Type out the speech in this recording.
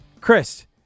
Chris